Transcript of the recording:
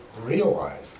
realize